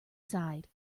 side